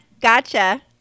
Gotcha